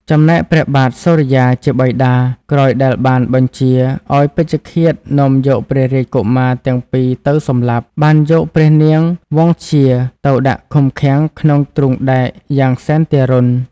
ចំណែកព្រះបាទសុរិយាជាបិតា ក្រោយដែលបានបញ្ជាឲ្យពេជ្ឈឃាដនាំយកព្រះរាជកុមារទាំងពីរទៅសម្លាប់ បានយកព្រះនាងវង្សធ្យាទៅដាក់ឃុំឃាំងក្នុងទ្រូងដែកយ៉ាងសែនទារុណ។